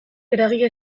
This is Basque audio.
eragile